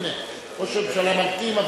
הנה, ראש הממשלה ממתין.